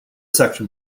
section